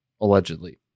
allegedly